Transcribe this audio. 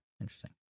interesting